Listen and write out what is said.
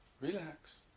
relax